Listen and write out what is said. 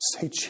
Say